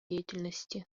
деятельности